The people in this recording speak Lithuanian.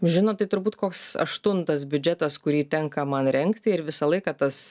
žinot tai turbūt koks aštuntas biudžetas kurį tenka man rengti ir visą laiką tas